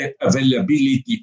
availability